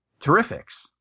terrifics